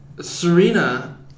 Serena